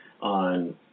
on